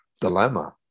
dilemma